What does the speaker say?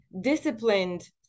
disciplined